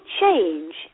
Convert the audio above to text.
change